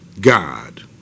God